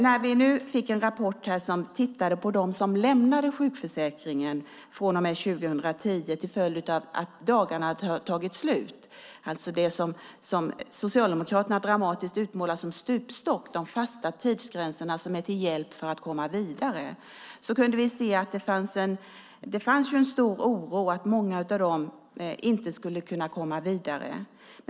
När vi nu fick en rapport som tittade på dem som lämnade sjukförsäkringen från och med 2010 till följd av att dagarna tagit slut - alltså på grund av de fasta tidsgränser som är till hjälp för att komma vidare men som Socialdemokraterna dramatiskt utmålar som stupstock - kunde vi se att det fanns en stor oro att många av dem inte skulle kunna komma vidare.